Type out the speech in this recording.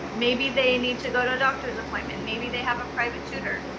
maybe they need to go to a doctor's appointment. maybe they have a private tutor,